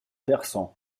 persan